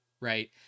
right